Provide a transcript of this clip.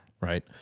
Right